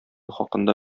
хакында